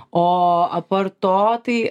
o apart to tai